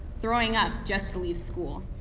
throwing up just to leave school.